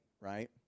Right